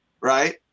right